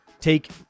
take